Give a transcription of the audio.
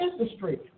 industry